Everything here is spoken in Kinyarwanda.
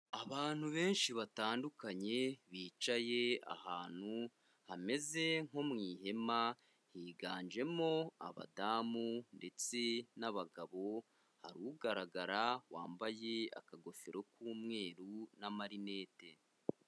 Abantu benshi batandukanye bicaye ahantu hameze nko mu ihema higanjemo abadamu ndetse n'abagabo, hari ugaragara wambaye akagofero k'umweru n' amarinete.